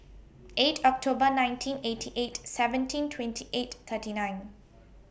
eight October nineteen eighty eight seventeen twenty eight thirty nine